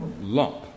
lump